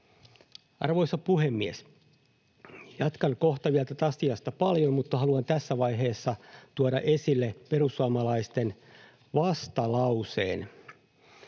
Arvoisa puhemies! Jatkan kohta vielä tästä asiasta paljon, mutta haluan tässä vaiheessa tuoda esille perussuomalaisten vastalauseen,